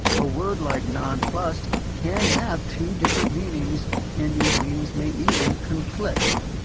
a word like nonplussed can have two different meanings and these meanings may even conflict.